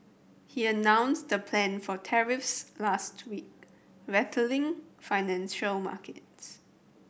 he announced the plan for tariffs last week rattling financial markets